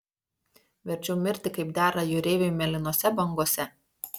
verčiau mirti kaip dera jūreiviui mėlynose bangose